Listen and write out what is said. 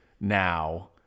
Now